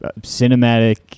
cinematic